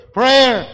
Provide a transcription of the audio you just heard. prayer